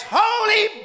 holy